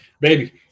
Baby